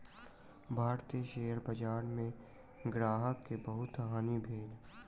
भारतीय शेयर बजार में ग्राहक के बहुत हानि भेल